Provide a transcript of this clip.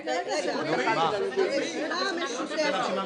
רגע, רגע --- הרשימה המשותפת.